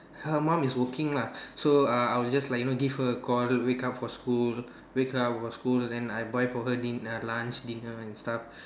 her mum is working lah so err I will just like you know give her a call wake up for school wake her up for school then I buy for her dinner lunch dinner and stuff